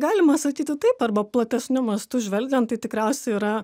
galima sakyti taip arba platesniu mastu žvelgiant tai tikriausiai yra